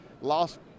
lost